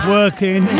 working